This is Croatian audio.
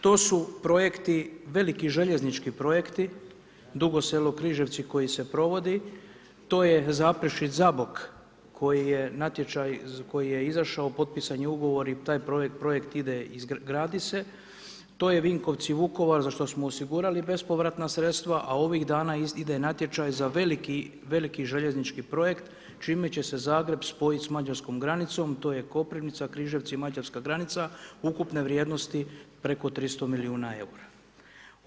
To su projekti, veliki željeznički projekti, Dugo Selo – Križevci, koji se provodi, to je Zaprešić – Zabok, koji je natječaj, koji je izašao, potpisan je Ugovor i taj projekt ide i gradi se, to je Vinkovci – Vukovar, za što smo osigurali bespovratna sredstva, a ovih dana ide natječaj za veliki željeznički projekt, čime će se Zagreb spojiti sa Mađarskom granicom, to je Koprivnica – Križevci – Mađarska granica, ukupne vrijednosti preko 300 milijuna EUR-a.